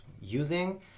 using